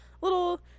little